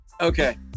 okay